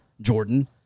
Jordan